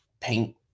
paint